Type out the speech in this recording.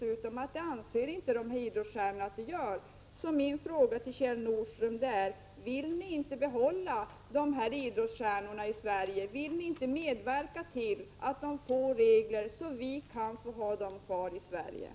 Vi vet också att det är 119 vad idrottsstjärnorna själva anser. Min fråga till Kjell Nordström är därför: Vill ni inte behålla dessa idrottsstjärnor i Sverige? Vill ni inte medverka till att vi skapar sådana regler att det blir möjligt?